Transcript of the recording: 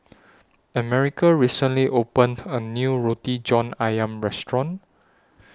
America recently opened A New Roti John Ayam Restaurant